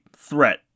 threat